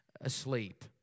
asleep